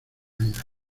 vida